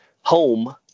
home